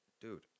dude